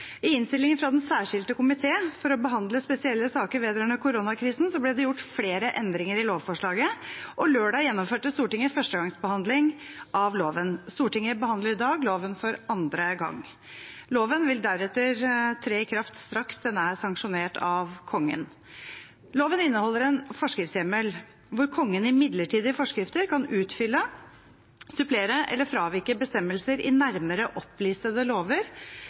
I innstillingen fra den særskilte komité for å behandle spesielle saker vedrørende koronakrisen ble det gjort flere endringer i lovforslaget, og lørdag gjennomførte Stortinget førstegangsbehandling av loven. Stortinget behandler i dag loven for andre gang. Loven vil deretter tre i kraft straks den er sanksjonert av Kongen. Loven inneholder en forskriftshjemmel hvor Kongen i midlertidige forskrifter kan utfylle, supplere eller fravike bestemmelser i nærmere opplistede lover